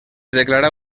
declarà